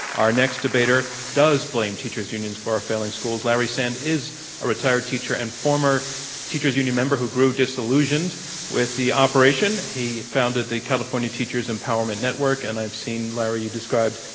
our next debater does blame teachers unions for our failing schools. larry sand is a retired teacher and former teachers union member who grew disillusioned with the operation. he founded the california teacher's empowerment network, and i've seen you described,